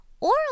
oral